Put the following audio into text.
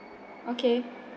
okay